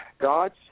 God's